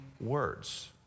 words